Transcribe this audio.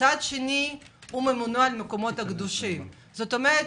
מצד שני הוא ממונה על המקומות הקדושים ובנוסף,